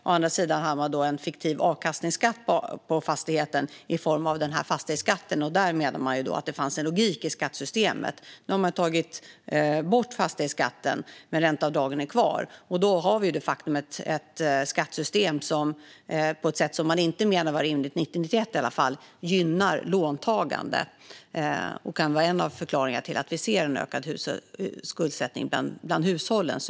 Å andra sidan hade man då en fiktiv avkastningsskatt på fastigheten i form av fastighetsskatten. Där menar man att det fanns en logik i skattesystemet. Nu har man tagit bort fastighetsskatten, men ränteavdragen är kvar. Då har vi de facto ett skattesystem som gynnar låntagande på ett sätt som man menade inte var rimligt i varje fall 1990-1991. Det kan vara en av förklaringarna till att vi ser en ökad skuldsättning bland hushållen.